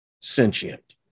sentient